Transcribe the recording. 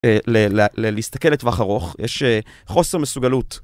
להסתכל לטווח ארוך, יש חוסר מסוגלות.